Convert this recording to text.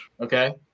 Okay